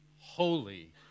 holy